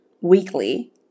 weekly